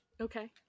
Okay